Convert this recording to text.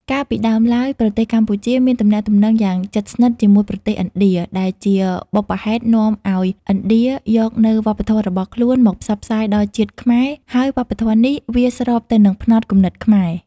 កាលពីដើមឡើយប្រទេសកម្ពុជាមានទំនាក់ទំនងយ៉ាងជិតស្និទ្ធជាមួយប្រទេសឥណ្ឌា ដែលជាបុព្វហេតុនាំអោយឥណ្ឌាយកនូវវប្បធម៌របស់ខ្លួនមកផ្សព្វផ្សាយដល់ជាតិខ្មែរ ហើយវប្បធម៌នេះវាស្របទៅនឹងផ្នត់គំនិតខ្មែរ ។